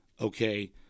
okay